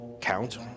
count